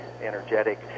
energetic